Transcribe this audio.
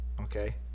Okay